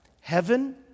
Heaven